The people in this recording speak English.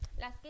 las